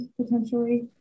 potentially